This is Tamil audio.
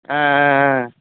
ஆ ஆ ஆ